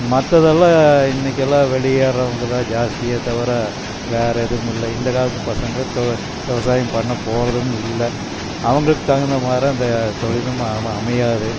மற்றதெல்லாம் இன்றைக்கெல்லாம் வெளியேறவங்க தான் ஜாஸ்தியே தவிர வேற எதுவுமில்லை இந்த காலத்து பசங்க தொழி விவசாயம் பண்ண போகிறதும் இல்லை அவங்குளுக்கு தகுந்த மாரே இந்த தொழிலும் அம அமையாது